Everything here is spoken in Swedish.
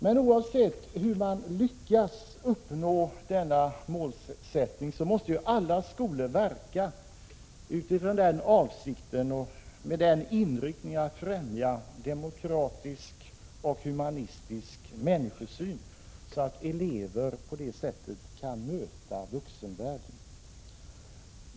Men oavsett hur man lyckas uppnå dessa mål måste alla skolor verka utifrån den avsikten och med den inriktningen att främja en demokratisk och human människosyn, så att eleverna på det sättet kan möta vuxenvärlden.